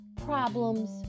problems